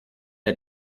der